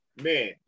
Man